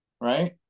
right